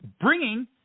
bringing